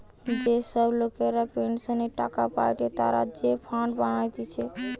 যে সব লোকরা পেনসনের টাকা পায়েটে তারা যে ফান্ড বানাতিছে